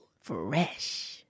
Fresh